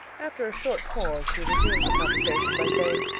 after a short pause he resumed the conversation by saying